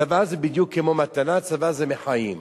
צוואה זה בדיוק כמו מתנה, צוואה זה מחיים.